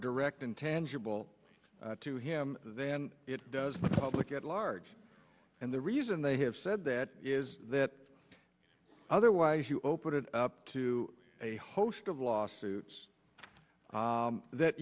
direct intangible to him than it does the public at large and the reason they have said that is that otherwise you open it up to a host of lawsuits that